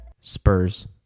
Spurs